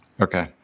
Okay